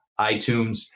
iTunes